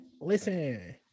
listen